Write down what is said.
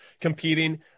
competing